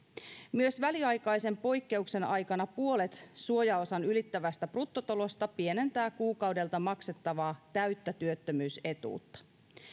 myös väliaikaisen poikkeuksen aikana puolet suojaosan ylittävästä bruttotulosta pienentää kuukaudelta maksettavaa täyttä työttömyysetuutta